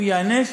הוא ייענש,